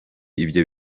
ibyo